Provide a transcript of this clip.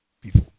people